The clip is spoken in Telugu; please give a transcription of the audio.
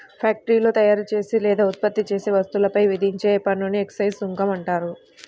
ఫ్యాక్టరీలో తయారుచేసే లేదా ఉత్పత్తి చేసే వస్తువులపై విధించే పన్నుని ఎక్సైజ్ సుంకం అంటారు